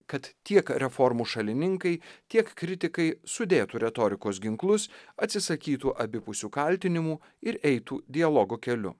kad tiek reformų šalininkai tiek kritikai sudėtų retorikos ginklus atsisakytų abipusių kaltinimų ir eitų dialogo keliu